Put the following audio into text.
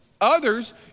Others